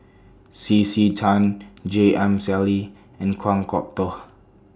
C C Tan J M Sali and Kan Kwok Toh